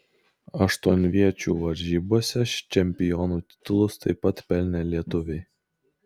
aštuonviečių varžybose čempionų titulus taip pat pelnė lietuviai